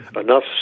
enough